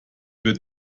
wird